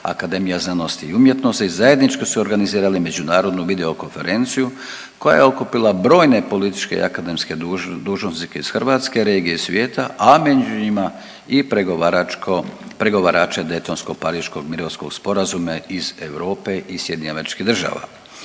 europskih poslova i HAZU zajednički su organizirali međunarodnu videokonferenciju koja je okupila brojne političke i akademske dužnosnike iz hrvatske regije i svijeta, a među njima i pregovarače daytonsko pariškog .../Govornik se ne razumije./...